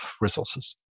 resources